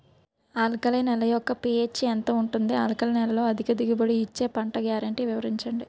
Alkali నేల యెక్క P H ఎంత ఉంటుంది? ఆల్కలి నేలలో అధిక దిగుబడి ఇచ్చే పంట గ్యారంటీ వివరించండి?